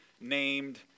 named